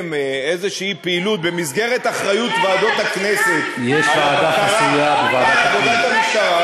איזו פעילות במסגרת אחריות ועדות הכנסת על הבקרה על עבודת המשטרה,